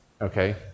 okay